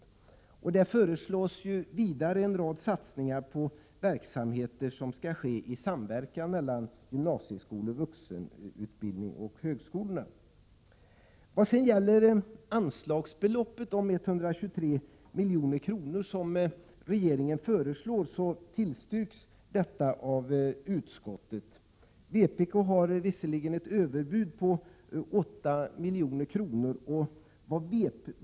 I propositionen föreslås vidare en rad satsningar på verksamheter som skall ske i samverkan mellan gymnasieskolor, vuxenutbildning och högskolorna, Utskottet tillstyrker anslagsbeloppet om 123 milj.kr. som regeringen föreslår. Vpk föreslår visserligen ytterligare 8 milj.kr.